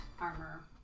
armor